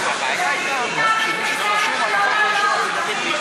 חבר הכנסת דוד ביטן, אני מציעה לך לא לעלות.